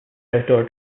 outdoor